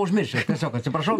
užmiršęs tiesiog atsiprašau